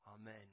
amen